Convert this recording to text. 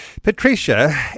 Patricia